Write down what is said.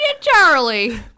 charlie